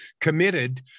committed